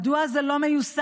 מדוע זה לא מיושם?